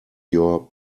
your